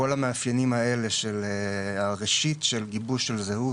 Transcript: כל המאפיינים האלה של הראשית של גיבוש של זהות,